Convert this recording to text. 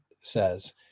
says